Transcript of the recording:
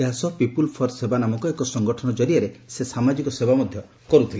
ଏହା ସହ people for Seva ନାମକ ଏକ ସଂଗଠନ ଜରିଆରେ ସେ ସାମାଜିକ ସେବା ମଧ୍ଧ କରୁଥିଲେ